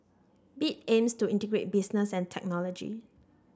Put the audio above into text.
bit aims to integrate business and technology